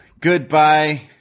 Goodbye